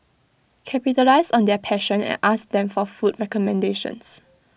capitalise on their passion and ask them for food recommendations